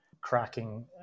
cracking